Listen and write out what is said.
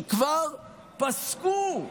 שכבר פסקו,